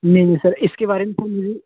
नहीं नहीं सर इसके बारे में तो मुझे